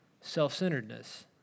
self-centeredness